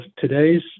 today's